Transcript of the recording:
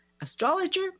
astrologer